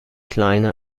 kleine